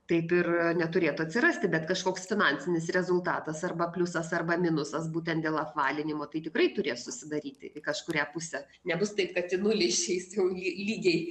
taip ir neturėtų atsirasti bet kažkoks finansinis rezultatas arba pliusas arba minusas būtent dėl apvalinimo tai tikrai turės susidaryti į kažkurią pusę nebus taip kad į nulį išeis jau ly lygiai